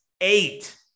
Eight